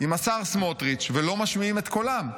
עם השר סמוטריץ' ולא משמיעים את קולם?